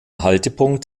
haltepunkt